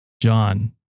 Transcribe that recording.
John